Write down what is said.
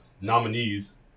nominees